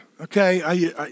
okay